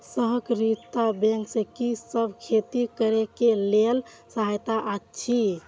सहकारिता बैंक से कि सब खेती करे के लेल सहायता अछि?